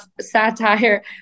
satire